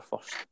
first